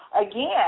Again